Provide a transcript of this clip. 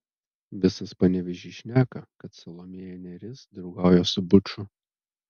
visas panevėžys šneka kad salomėja nėris draugauja su buču